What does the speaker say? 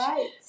Right